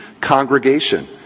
congregation